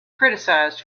criticized